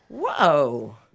Whoa